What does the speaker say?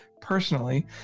personally